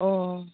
अ